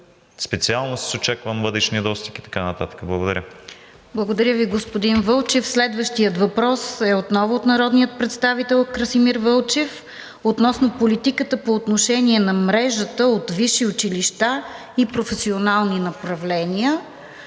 специалност с очакван бъдещ недостиг и така нататък. Благодаря. ПРЕДСЕДАТЕЛ РОСИЦА КИРОВА: Благодаря Ви, господин Вълчев. Следващият въпрос е отново от народния представител Красимир Вълчев относно политиката по отношение на мрежата от висши училища и професионални направления.